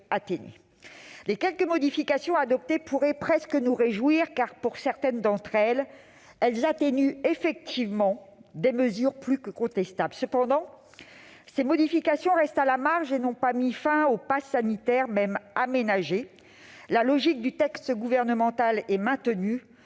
Les quelques modifications adoptées pourraient presque nous réjouir, car, pour certaines d'entre elles, elles atténuent effectivement des mesures plus que contestables. Néanmoins, ces modifications restent marginales et n'ont pas mis fin au passe sanitaire, même aménagé. La logique du texte gouvernemental est maintenue,